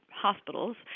hospitals